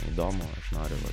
neįdomu noriu va